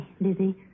Lizzie